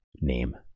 name